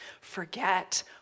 forget